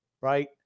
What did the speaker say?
right